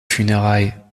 funérailles